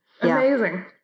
Amazing